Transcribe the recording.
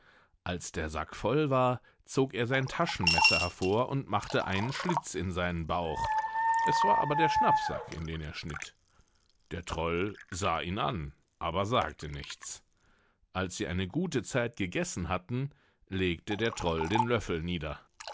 als der sack voll war zog er sein taschenmesser hervor und machte einen schlitz in seinen bauch es war aber der schnappsack in den er schnitt der troll sah ihn an aber sagte nichts als sie eine gute zeit gegessen hatten legte der troll den löffel nieder